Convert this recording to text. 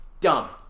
Dumb